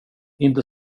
inte